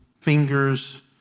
fingers